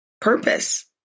purpose